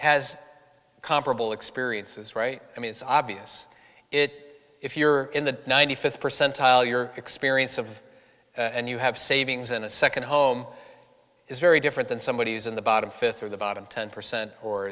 has comparable experiences right i mean it's obvious it if you're in the ninety fifth percentile your experience of and you have savings in a second home is very different than somebody who's in the bottom fifth of the bottom ten percent or